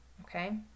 okay